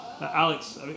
Alex